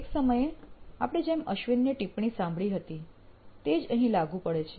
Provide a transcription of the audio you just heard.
એક સમયે આપણે જેમ અશ્વિનની ટિપ્પણી સાંભળી તે જ અહીં લાગુ પડે છે